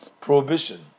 prohibition